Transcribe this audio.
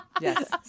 Yes